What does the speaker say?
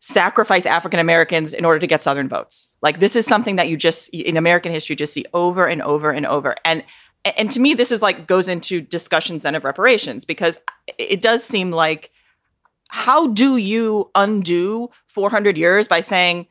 sacrifice african-americans in order to get southern votes. like this is something that you just in american history to see over and over and over. and and to me, this is like goes into discussions then of reparations, because it does seem like how do you undo four hundred years by saying,